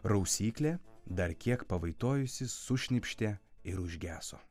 rausyklė dar kiek pavaitojusi sušnypštė ir užgeso